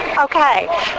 Okay